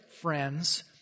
friends